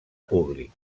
públic